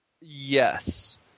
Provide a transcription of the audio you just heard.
Yes